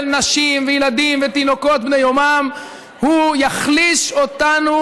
נשים וילדים ותינוקות בני יומם הוא יחליש אותנו,